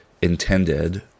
intended